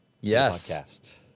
Yes